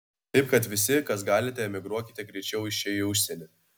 taip kad visi kas galite emigruokite greičiau iš čia į užsienį